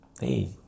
hey